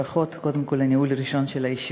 ברכות קודם כול על ניהול ראשון של ישיבה.